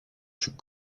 plus